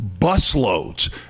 busloads